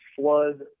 flood